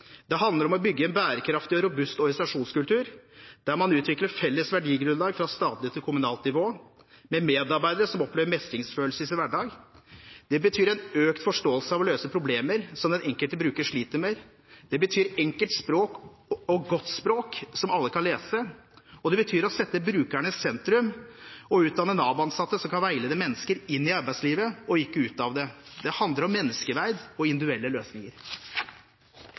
Det handler om å bygge en bærekraftig og robust organisasjonskultur, der man utvikler felles verdigrunnlag fra statlig til kommunalt nivå med medarbeidere som opplever mestringsfølelse i sin hverdag. Det betyr en økt forståelse av å løse problemer som den enkelte bruker sliter med. Det betyr enkelt språk og godt språk som alle kan lese. Og det betyr å sette brukeren i sentrum og utdanne Nav-ansatte som kan veilede mennesker inn i arbeidslivet og ikke ut av det. Det handler om menneskeverd og individuelle løsninger.